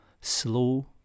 slow